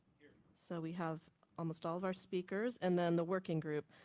so we have almost all of our speakers, and then the working group.